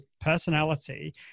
personality